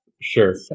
Sure